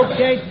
Okay